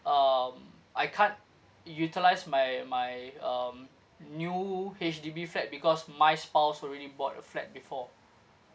um I can't utilise my my um new H_D_B flat because my spouse already bought a flat before